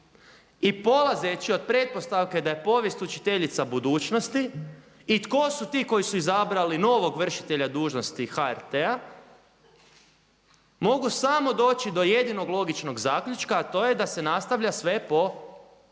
I polazeći od pretpostavke da je povijest učiteljica budućnosti i tko su ti koji su izabrali novog vršitelja dužnosti HRT-a mogu samo doći do jedinog logičnog zaključka a to je da se nastavlja sve po